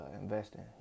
investing